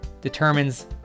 determines